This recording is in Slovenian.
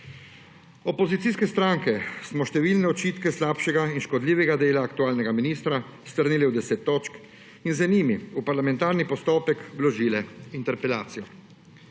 Opozicijske stranke smo številne očitke slabšega in škodljivega dela aktualnega ministra strnili v 10 točk in z njimi v parlamentarni postopek vložile interpelacijo.